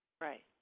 Right